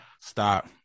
Stop